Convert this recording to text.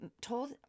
told